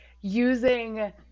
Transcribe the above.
using